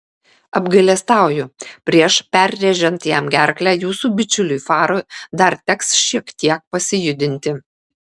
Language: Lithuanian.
apgailestauju prieš perrėžiant jam gerklę jūsų bičiuliui farui dar teks šiek tiek pasijudinti